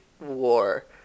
War